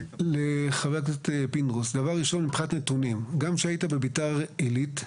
לחבר הכנסת פינדרוס: דבר ראשון מבחינת נתונים - גם כשהיית בבית"ר עילית,